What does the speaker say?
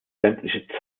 sämtliche